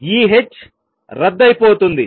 ఈ h రద్దు అయిపోతుంది